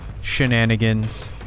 Shenanigans